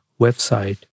website